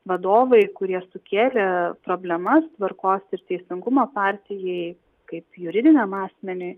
vadovai kurie sukėlė problemas tvarkos ir teisingumo partijai kaip juridiniam asmeniui